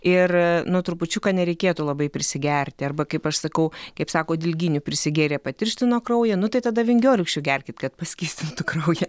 ir nu trupučiuką nereikėtų labai prisigerti arba kaip aš sakau kaip sako dilgynių prisigėrė patirštino kraują nu tai tada vingiorykščių gerkit kad paskystintų kraują